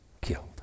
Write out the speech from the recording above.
killed